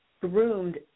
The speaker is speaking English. groomed